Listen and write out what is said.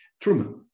Truman